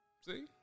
See